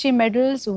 medals